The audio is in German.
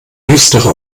düstere